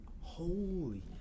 Holy